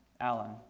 Alan